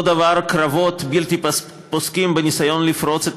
אותו דבר הקרבות הבלתי-פוסקים בניסיון לפרוץ את